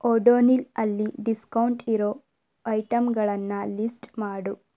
Odonil ಅಲ್ಲಿ discount ಇರೋ ಐಟಮ್ಗಳನ್ನು ಲಿಸ್ಟ್ ಮಾಡು